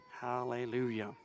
Hallelujah